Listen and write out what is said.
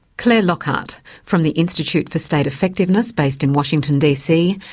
clare lockhart from the institute for state effectiveness, based in washington dc,